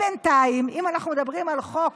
בינתיים, אם אנחנו מדברים על חוק